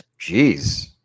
Jeez